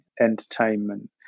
entertainment